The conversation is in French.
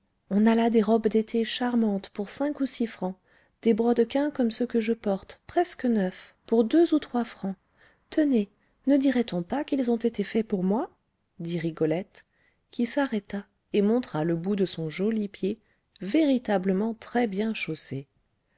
on a là des robes d'été charmantes pour cinq ou six francs des brodequins comme ceux que je porte presque neufs pour deux ou trois francs tenez ne dirait-on pas qu'ils ont été faits pour moi dit rigolette qui s'arrêta et montra le bout de son joli pied véritablement très-bien chaussé